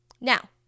Now